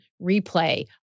replay